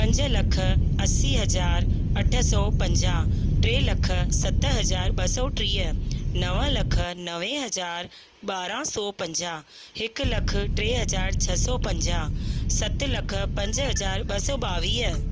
पंज लख असी हज़ार अठ सौ पंजाह टे लख सत हज़ार ॿ सौ टीह नव लख नवे हज़ार ॿारहां सौ पंजाह हिकु लखु टे हज़ार छ सौ पंजाह सत लख पंज हज़ार ॿ सौ ॿावीह